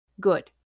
good